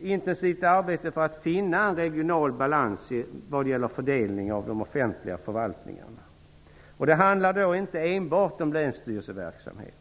intensivt arbete för att finna en regional balans vad gäller fördelning av de offentliga förvaltningarna. Det handlar då inte enbart om länsstyrelseverksamheten.